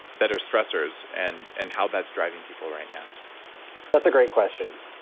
that are stressors and and how that's driving people right now that's a great question.